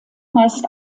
meist